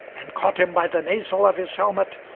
and caught him by the nasal of his helmet,